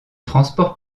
transport